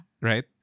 Right